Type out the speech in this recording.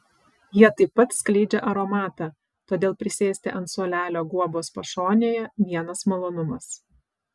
jie taip pat skleidžia aromatą todėl prisėsti ant suolelio guobos pašonėje vienas malonumas